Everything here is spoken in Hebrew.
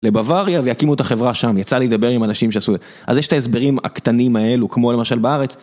לבוואריה והקימו את החברה שם, יצא להידבר עם אנשים שעשו את זה. אז יש את ההסברים הקטנים האלו, כמו למשל בארץ.